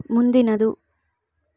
ಮುಂದಿನದು